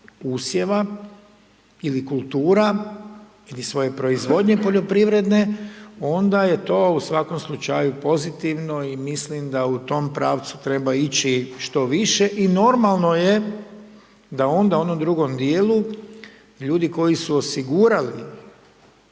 usjeva ili kultura ili svoje proizvodnje poljoprivredne onda je to u svakom slučaju pozitivno i mislim da u tom pravcu treba ići što više i normalno je da onda u onom drugom dijelu ljudi koji su osigurali